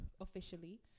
officially